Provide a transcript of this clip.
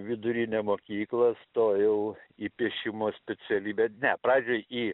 vidurinę mokyklą stojau į piešimo specialybę ne pradžioj į